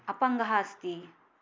अपाङ्गः अस्ति